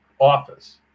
office